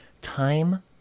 Time